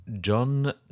John